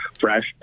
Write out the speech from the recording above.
fresh